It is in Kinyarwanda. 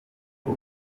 uko